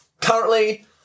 Currently